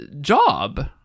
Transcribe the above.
job